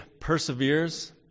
perseveres